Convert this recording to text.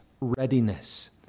readiness